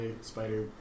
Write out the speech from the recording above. spider